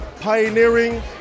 pioneering